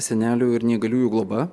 senelių ir neįgaliųjų globa